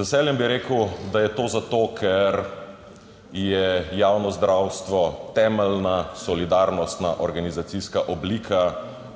veseljem bi rekel, da je to zato, ker je javno zdravstvo temeljna solidarnostna organizacijska oblika,